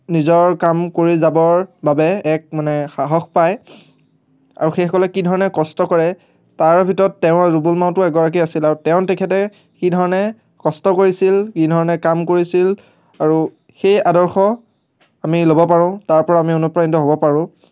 নিজৰ কাম কৰি যাবৰ বাবে এক মানে সাহস পায় আৰু সেইসকলে কি ধৰণে কষ্ট কৰে তাৰে ভিতৰত তেওঁ ৰুবুল মাউতো এগৰাকী আছিল আৰু তেওঁ তেখেতে কি ধৰণে কষ্ট কৰিছিল কি ধৰণে কাম কৰিছিল আৰু সেই আদৰ্শ আমি ল'ব পাৰোঁ তাৰ পৰা আমি অনুপ্ৰাণিত হ'ব পাৰোঁ